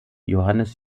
johannes